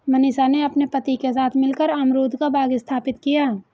मनीषा ने अपने पति के साथ मिलकर अमरूद का बाग स्थापित किया